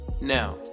Now